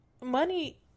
money